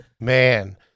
Man